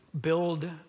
build